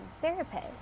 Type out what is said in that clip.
therapist